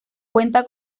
cuenta